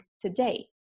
today